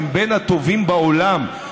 הם בין הטובים בעולם.